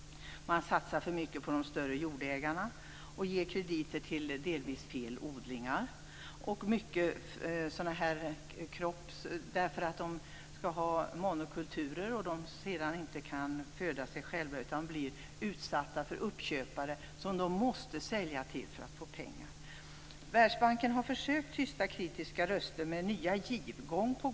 Banken satsar för mycket på de större jordägarna och ger krediter till delvis fel odlingar. Mycket av detta leder till monokulturer, och att odlarna inte kan föda sig själva utan blir utsatta för uppköpare som de måste sälja till för att få pengar. Världsbanken har gång på gång försökt att tysta kritiska röster med hjälp av "nya givar".